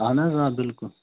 اہن حظ آ بلکُل